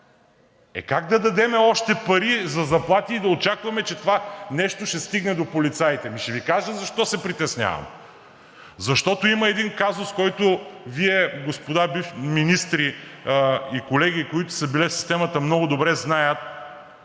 Е, как да дадем още пари за заплати и да очакваме, че това нещо ще стигне до полицаите. Ами, ще Ви кажа защо се притеснявам. Защото има един казус, който Вие, господа министри и колеги, които са били в системата, много добре знаят.